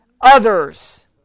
others